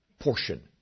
portion